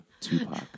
Tupac